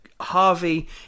Harvey